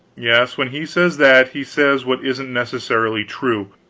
yes, when he says that, he says what isn't necessarily true.